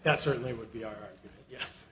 that certainly would be our yes